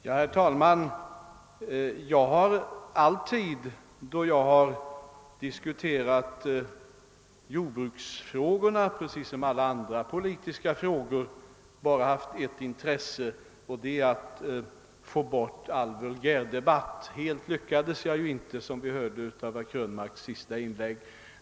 Herr talman! Jag har alltid då jag har diskuterat jordbruksfrågorna, pre-. cis som alla andra frågor, bara haft. ett intresse, nämligen att få bort all vulgärdebatt. Helt lyckades jag inte, som vi hörde av herr Krönmarks senaste inlägg.